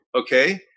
Okay